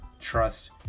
trust